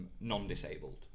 non-disabled